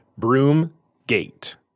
Broomgate